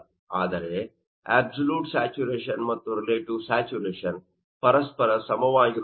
ಆದರೆ absolute saturation ಮತ್ತು relative saturation ಪರಸ್ಪರ ಸಮವಾಗಿರುತ್ತದೆ